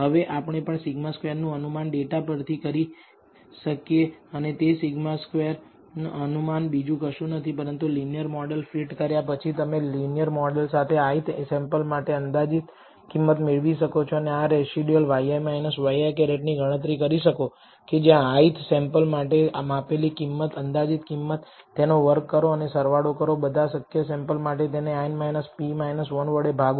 હવે આપણે પણ σ2 નું અનુમાન ડેટા પરથી કરી શકીએ અને તે σ2 અનુમાન બીજું કશું નહીં પરંતુ લીનીયર મોડલ ફિટ કર્યા પછી તમે લીનીયર મોડલ માથે ith સેમ્પલ માટે અંદાજિત કિંમત મેળવી શકો છો અને આ રેસીડ્યુલ yi ŷi ની ગણતરી કરી શકો કે જે ith સેમ્પલ માટે માપેલી કિંમત અંદાજિત કિંમત તેનો વર્ગ કરો અને સરવાળો કરો બધા શક્ય સેમ્પલ માટે તેને n p 1 વળે ભાગો